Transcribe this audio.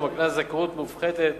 ומקנה זכאות מופחתת